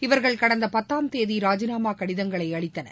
இவர்கள் கடந்த பத்தாம் தேதி ராஜிநாமா கடிதங்களை அளித்தனர்